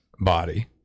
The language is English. body